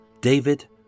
David